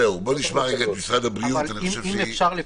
אפשר,